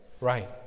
Right